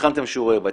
והכנתם שיעורי בית,